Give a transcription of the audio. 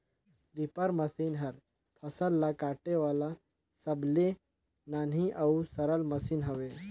reaper machine हर फसल ल काटे वाला सबले नान्ही अउ सरल मसीन हवे